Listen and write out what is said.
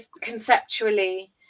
conceptually